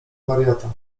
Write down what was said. wariata